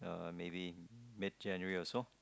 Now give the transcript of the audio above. err maybe mid January or so